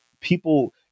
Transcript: people